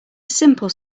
simple